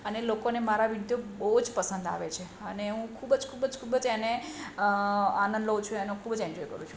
અને લોકોને મારા વીડિયો બહુ જ પસંદ આવે છે અને હું ખૂબ જ ખૂબ જ ખૂબ જ એને આનંદ લઉં છું ખૂબ જ એન્જોય કરું છું